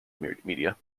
media